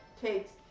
takes